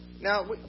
Now